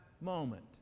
moment